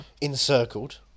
encircled